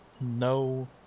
no